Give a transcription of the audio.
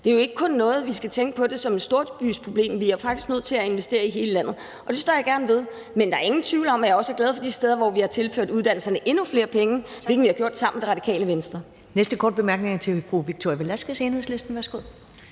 Det er jo ikke kun noget, vi skal tænke på som et storbyproblem. Vi er faktisk nødt til at investere i hele landet, og det står jeg gerne ved. Men der er ingen tvivl om, at jeg også er glad for de steder, hvor vi har tilført uddannelserne endnu flere penge, hvilket vi har gjort sammen med Radikale Venstre.